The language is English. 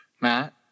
Matt